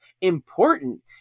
important